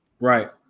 Right